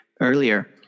earlier